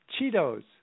Cheetos